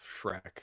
shrek